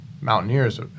mountaineers